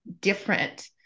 different